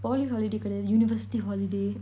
poly holiday கெடையாது:kedaiyathu university holiday